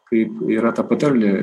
kaip yra ta patarlė